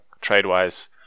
trade-wise